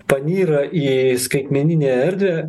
panyra į skaitmeninę erdvę